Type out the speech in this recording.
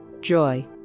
Joy